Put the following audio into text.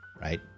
Right